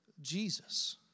Jesus